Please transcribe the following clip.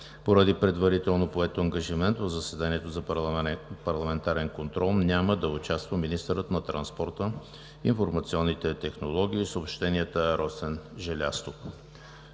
Поради предварително поет ангажимент в заседанието за парламентарен контрол няма да участва министърът на транспорта, информационните технологии и съобщенията Росен Желязков.